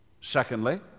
Secondly